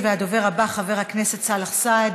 הדובר הבא, חבר הכנסת סאלח סעד,